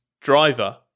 driver